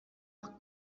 auch